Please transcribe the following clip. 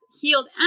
healed